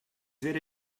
wäre